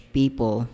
people